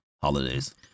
holidays